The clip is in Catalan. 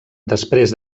després